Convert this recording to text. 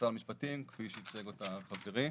משרד המשפטים כפי שייצג אותה חברי.